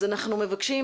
אנחנו מבקשים,